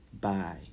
Bye